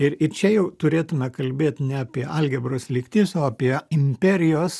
ir ir čia jau turėtume kalbėt ne apie algebros lygtis o apie imperijos